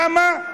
למה?